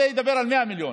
זה אומר 100 מיליון.